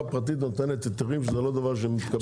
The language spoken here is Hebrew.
פרטית נותנת היתרים שזה לא דבר שמתקבל.